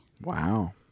Wow